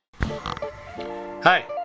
Hi